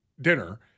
dinner